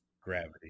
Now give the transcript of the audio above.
gravity